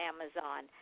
Amazon